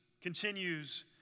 continues